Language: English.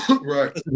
Right